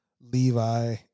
Levi